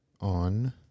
on